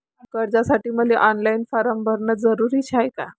कर्जासाठी मले online form भरन जरुरीच हाय का?